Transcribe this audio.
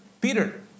Peter